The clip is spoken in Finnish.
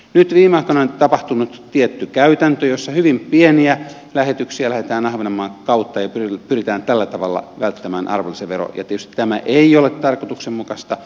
nyt viime aikoina on tapahtunut tietty käytäntö jossa hyvin pieniä lähetyksiä lähetetään ahvenanmaan kautta ja pyritään tällä tavalla välttämään arvonlisävero ja tietysti tämä ei ole tarkoituksenmukaista